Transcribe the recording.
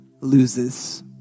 loses